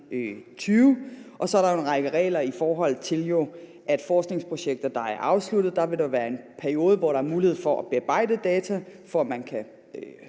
Og så er der en række regler, i forhold til at der i forbindelse med forskningsprojekter, der er afsluttet, vil være en periode, hvor der er mulighed for at bearbejde data, for at man kan